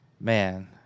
Man